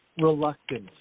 reluctant